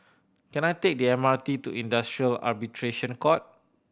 can I take the M R T to Industrial Arbitration Court